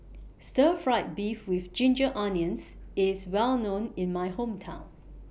Stir Fry Beef with Ginger Onions IS Well known in My Hometown